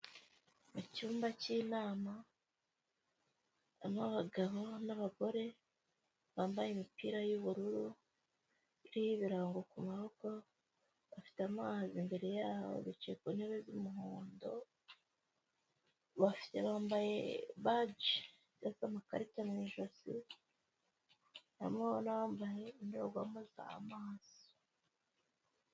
Mu cyumba cy'inama harimo abagabo n'abagore bambaye imipira y'ubururu iriho ibirango ku maboko, bafite amazi, imbere yaho bicaye ku ntebe z'umuhondo, bambaye baji, amakarita mu ijosi, harimo n'abambaye indorerwamo za amaso.